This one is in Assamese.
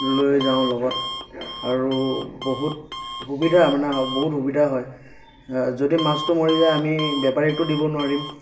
লৈ যাওঁ লগত আৰু বহুত সুবিধা মানে বহুত সুবিধা হয় যদি মাছটো মৰি যায় আমি বেপাৰীকতো দিব নোৱাৰিম